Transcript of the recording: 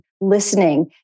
listening